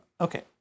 Okay